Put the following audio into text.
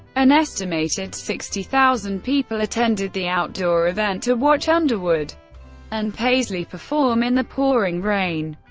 an estimated sixty thousand people attended the outdoor event to watch underwood and paisley perform in the pouring rain.